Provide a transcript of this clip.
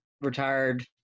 retired